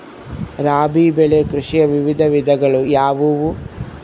ರಾಬಿ ಬೆಳೆ ಕೃಷಿಯ ವಿವಿಧ ವಿಧಗಳು ಯಾವುವು?